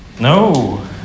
No